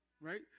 Right